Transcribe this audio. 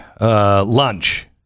lunch